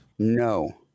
No